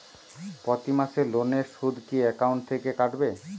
প্রতি মাসে লোনের সুদ কি একাউন্ট থেকে কাটবে?